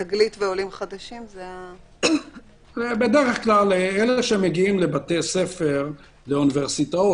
בדרך כלל אלה שמגיעים לבתי ספר ואוניברסיטאות,